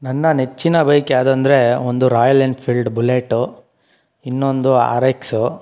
ನನ್ನ ನೆಚ್ಚಿನ ಬೈಕ್ ಯಾವ್ದು ಅಂದರೆ ಒಂದು ರಾಯಲ್ ಎನ್ಫೀಲ್ಡ್ ಬುಲೆಟು ಇನ್ನೊಂದು ಆರ್ ಎಕ್ಸು